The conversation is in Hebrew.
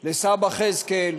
לסבא חזקאל,